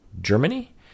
Germany